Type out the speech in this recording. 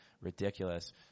ridiculous